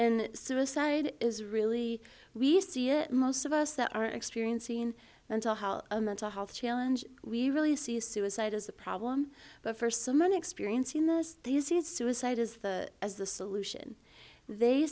and suicide is really we see it most of us that are experiencing mental health a mental health challenge we really see suicide as a problem but for some an experience in this these is suicide is the as the solution they